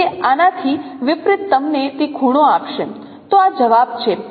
તેથી આનાથી વિપરિત તમને તે ખૂણો આપશે તો આ જવાબ છે